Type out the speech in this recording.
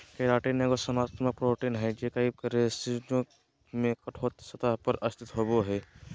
keratin एगो संरचनात्मक protein हइ जे कई कशेरुकियों में कठोर सतह पर स्थित होबो हइ